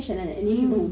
mm